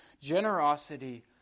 generosity